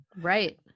Right